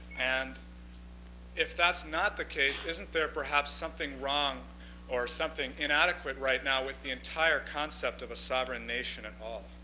and if that's not the case, isn't there perhaps something wrong or something inadequate right now with the entire concept of a sovereign nation at all?